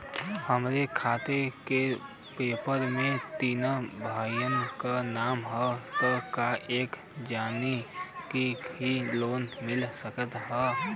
हमरे खेत के पेपर मे तीन भाइयन क नाम ह त का एक जानी के ही लोन मिल सकत ह?